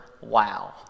Wow